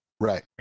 Right